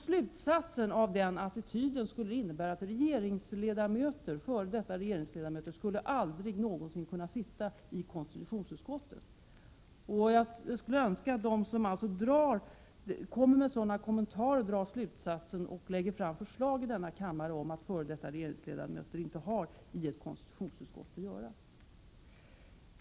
Slutsatsen av den attityden skulle bli att f.d. regeringsledamöter aldrig någonsin skulle kunna sitta i konstitutionsutskottet. Jag skulle önska att de som gör sådana här kommentarer drar konsekvensen och lägger fram förslag i denna kammare om att f. d. regeringsledamöter inte har i konstitutionsutskottet att göra.